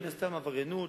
מן הסתם עבריינות.